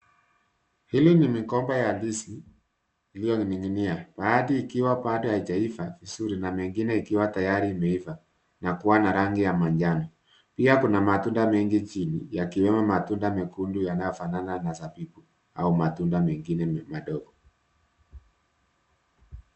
Hili ni migomba ya ndizi iliyoning'inia. Baadhi ikiwa bado haijaiva vizuri na mengine ikiwa tayari imeiva na kuwa na rangi ya manjano. Pia kuna matunda mengi chini yakiwemo matunda mekundu yanayofanana na zabibu au matunda mengine madogo.